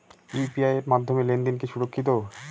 UPI এর মাধ্যমে লেনদেন কি সুরক্ষিত?